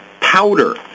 powder